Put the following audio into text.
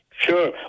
Sure